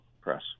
press